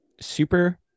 super